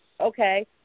Okay